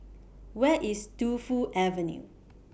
Where IS Tu Fu Avenue